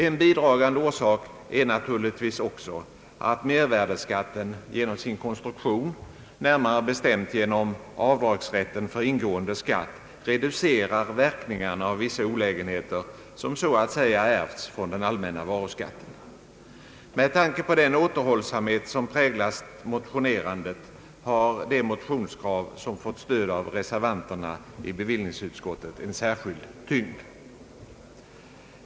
En bidragande orsak är naturligtvis också, att mervärdeskatten genom sin konstruktion — närmare bestämt genom avdragsrätten för ingående skatt — reducerar verkningarna av vissa olägenheter som så att säga ärvts från den allmänna varuskatten. Med tanke på den återhållsamhet som präglat motionerandet har de motionskrav, som fått stöd av reservanterna i bevillningsutskottet, en särskild tyngd.